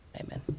Amen